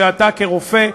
שאתה כרופא,